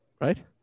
Right